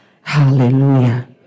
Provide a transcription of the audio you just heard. Hallelujah